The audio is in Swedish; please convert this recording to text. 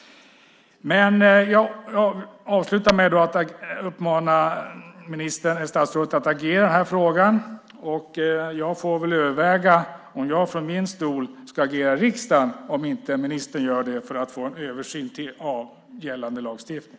Jag avslutar med att uppmana statsrådet att agera i den här frågan. Jag får överväga om jag från min stol ska agera i riksdagen om inte ministern gör det för att få till stånd en översyn av gällande lagstiftning.